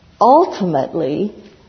ultimately